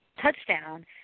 touchdown